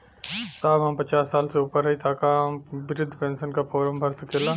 साहब हम पचास साल से ऊपर हई ताका हम बृध पेंसन का फोरम भर सकेला?